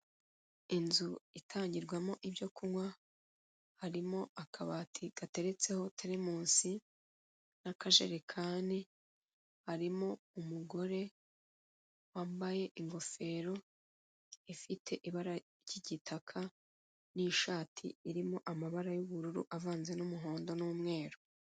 Inzu itangirwamo ibyo kunywa harimo akabati gateretseho teremusi n'akajerekani, harimo umugore wambaye ingofero ifite ibara ry'igitaka n'ishati irimo amabara y'bururu avanzemo n'umuhondo n'umweru.